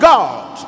God